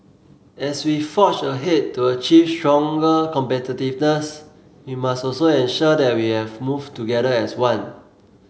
as we forge ahead to achieve stronger competitiveness we must also ensure that we have move together as one